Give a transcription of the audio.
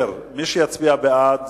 מי שיצביע בעד,